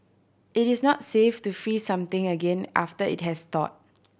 it is not safe to freeze something again after it has thawed